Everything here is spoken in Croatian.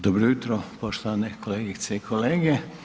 Dobro jutro poštovane kolegice i kolege.